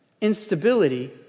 Instability